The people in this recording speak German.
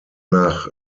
nach